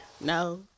No